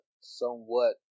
somewhat